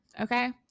Okay